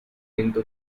into